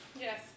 Yes